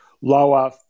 lower